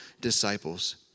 disciples